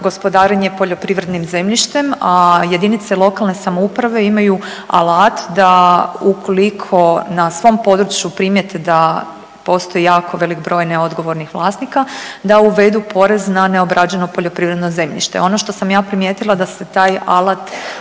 gospodarenje poljoprivrednim zemljištem, a jedinice lokalne samouprave imaju alat da ukoliko na svom području primijete da postoji jako velik broj neodgovornih vlasnika, da uvedu porez na neobrađeno poljoprivredno zemljište. Ono što sam ja primijetila da se taj alat